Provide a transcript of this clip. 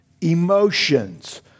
emotions